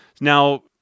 now